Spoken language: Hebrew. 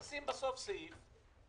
תשים בסוף סעיף.